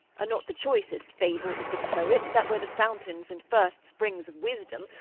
are not the choicest fables of the poets, that were the fountains and first springs of wisdom,